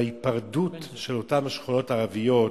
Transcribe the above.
וההיפרדות של אותן שכונות ערביות